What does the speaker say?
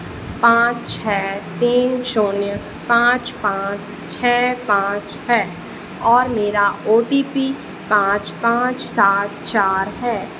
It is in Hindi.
पाँच छः तीन शून्य पाँच पाँच छः पाँच है और मेरा ओ टी पी पाँच पाँच सात चार है